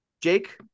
Jake